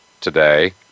today